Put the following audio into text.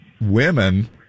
women